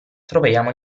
troviamo